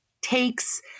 takes